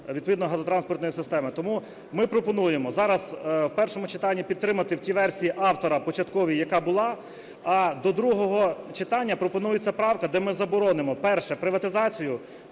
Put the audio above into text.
відповідно газотранспортної системи. Тому ми пропонуємо зараз в першому читанні підтримати в тій версії автора початковій, яка була, а до другого читання пропонується правка, де ми заборонимо: перше – приватизацію,